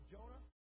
Jonah